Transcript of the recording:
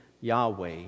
Yahweh